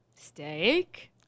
Steak